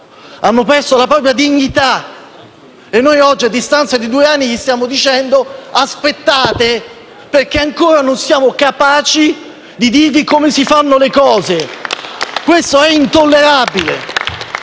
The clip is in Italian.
hanno perso la propria dignità e noi oggi, a distanza di due anni, stiamo dicendo loro di aspettare, perché ancora non siamo capaci di dire loro come si fanno le cose. Questo è intollerabile!